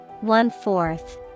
One-fourth